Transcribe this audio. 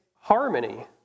Harmony